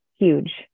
huge